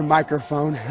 Microphone